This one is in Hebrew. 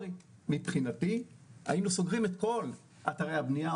מבחינתי היינו סוגרים את כל אתרי הבניה,